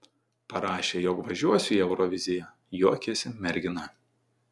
parašė jog važiuosiu į euroviziją juokėsi mergina